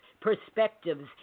perspectives